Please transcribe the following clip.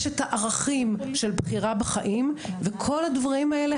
יש את הערכים של בחירה בחיים וכל הדברים האלה